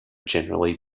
generally